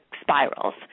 spirals